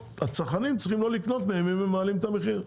הצרכנים צריכים לא לקנות מהם אם הם מעלים את המחיר,